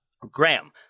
Graham